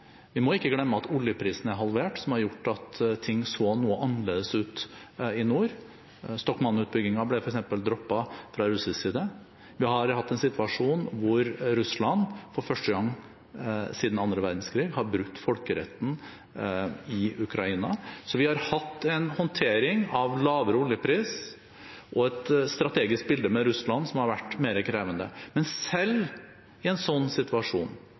Vi må ikke glemme at oljeprisen er halvert, noe som har gjort at ting så noe annerledes ut i nord. For eksempel ble Stockman-utbyggingen droppet fra russisk side. Vi har hatt en situasjon hvor Russland for første gang siden den annen verdenskrig har brutt folkeretten i Ukraina. Så vi har hatt en håndtering av lavere oljepris og et strategisk bilde med Russland som har vært mer krevende. Men selv i en slik situasjon